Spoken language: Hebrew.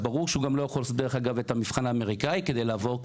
ברור שהוא גם לא יכול לעשות את המבחן האמריקני כדי לעבור,